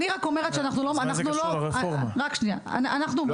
אני רק אומרת שאנחנו לא --- אז מה זה קשור לרפורמה?